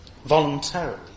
Voluntarily